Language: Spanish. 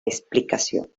explicación